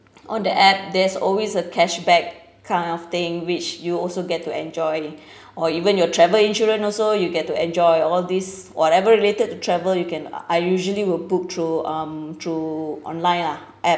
on the app there's always a cashback kind of thing which you also get to enjoy or even your travel insurance also you get to enjoy all this whatever related to travel you can I usually will put through um through online lah app